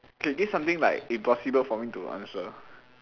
okay give something like impossible for me to answer